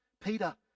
Peter